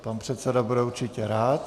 Pan předseda bude určitě rád.